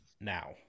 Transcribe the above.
now